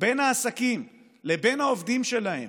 בין העסקים לבין העובדים שלהם.